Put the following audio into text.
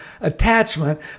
attachment